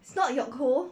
it's not yoke hoh